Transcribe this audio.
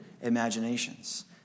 imaginations